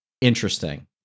interesting